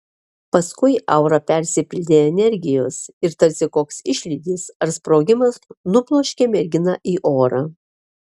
paskui aura persipildė energijos ir tarsi koks išlydis ar sprogimas nubloškė merginą į orą